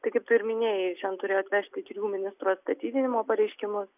tai kaip tu ir minėjai šiandien turėjo atvežti trijų ministrų atstatydinimo pareiškimus